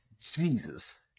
Jesus